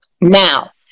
Now